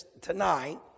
tonight